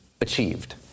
achieved